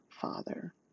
father